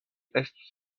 estus